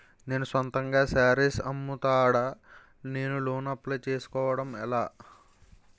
నేను సొంతంగా శారీస్ అమ్ముతాడ, నేను లోన్ అప్లయ్ చేసుకోవడం ఎలా?